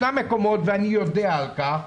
ואני יודע על כך,